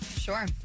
Sure